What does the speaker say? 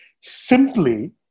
simply